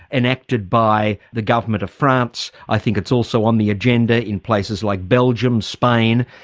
enacted by the government of france. i think it's also on the agenda in places like belgium, spain.